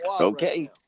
Okay